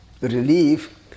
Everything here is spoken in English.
relief